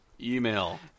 Email